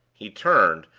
he turned,